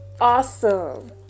Awesome